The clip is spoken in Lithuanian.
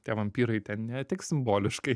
tie vampyrai ten ne tik simboliškai